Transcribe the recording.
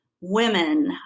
women